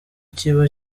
kiba